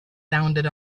sounded